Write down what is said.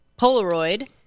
Polaroid